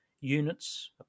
units